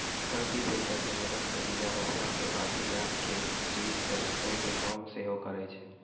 cultipacker के मदत से बीया रोपला के बाद बीया के मट्टी से ढकै के काम सेहो करै छै